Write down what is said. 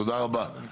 תודה רבה.